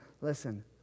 listen